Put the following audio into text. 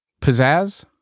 pizzazz